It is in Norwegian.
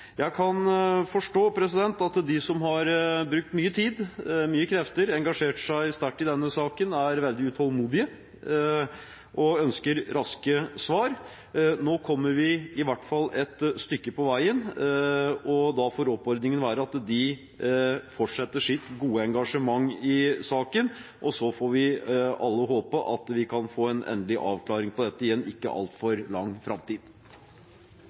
Jeg kan forstå at de som har brukt mye tid, mye krefter og engasjert seg sterkt i denne saken, er veldig utålmodige og ønsker raske svar. Nå kommer vi i hvert fall et stykke på veien, og da får oppfordringen være at de fortsetter sitt gode engasjement i saken, og så får vi alle håpe at vi kan få en endelig avklaring på dette i en ikke altfor fjern framtid.